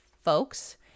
folks